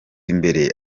imbere